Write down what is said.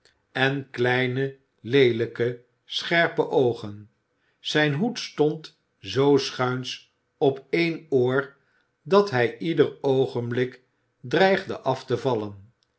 en kleine leelijke scherpe oogen zijn hoed stond zoo schuins op één oor dat hij ieder oogenblik dreigde af te vallen